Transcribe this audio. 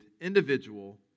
individual